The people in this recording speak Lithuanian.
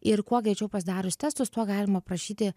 ir kuo greičiau pasidarius testus tuo galima prašyti